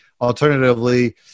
alternatively